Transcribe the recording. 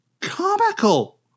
comical